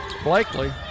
Blakely